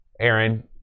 Aaron